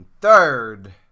third